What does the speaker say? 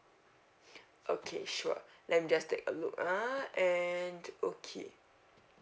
okay sure let me just take a look ah and okay